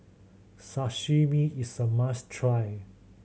Sashimi is a must try